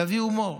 להביא הומור.